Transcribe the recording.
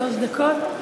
שלוש דקות.